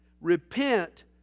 Repent